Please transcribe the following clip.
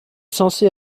censée